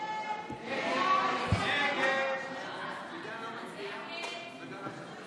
הסתייגות 30 לא נתקבלה.